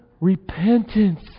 repentance